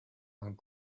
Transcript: and